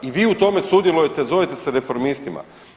I vi u tome sudjelujete, zovete se reformistima.